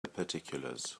particulars